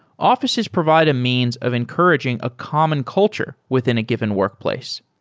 offi ces provide a means of encouraging a common culture within a given workplace.